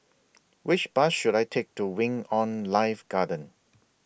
Which Bus should I Take to Wing on Life Garden